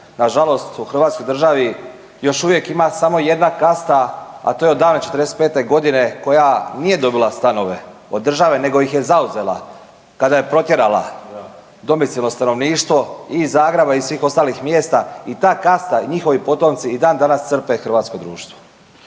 Na žalost u Hrvatskoj državi još uvijek ima samo jedna kasta, a to je od davne '45. godine koja nije dobila stanove od države nego ih je zauzela kada je protjerala domicilno stanovništvo i iz Zagreba i svih ostalih mjesta. I ta kasta, njihovi potomci i dan danas crpe hrvatsko društvo.